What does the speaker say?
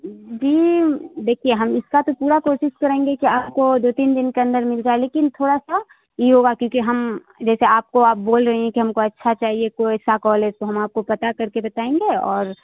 جی دیکھیے ہم اس کا تو پورا کوشش کریں گے کہ آپ کو دو تین دن کے اندر مل جائے لیکن تھوڑا سا یہ ہوگا کیونکہ ہم جیسے آپ کو آپ بول رہی ہیں کہ ہم کو اچھا چاہیے کوئی ایسا کالج تو ہم آپ کو پتہ کر کے بتائیں گے اور